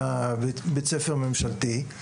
היה בית ספר ממשלתי.